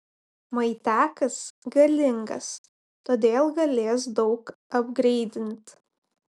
maitiakas galingas todėl galės daug apgreidint